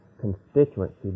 constituency